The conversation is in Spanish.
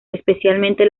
especialmente